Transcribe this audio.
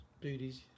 Booties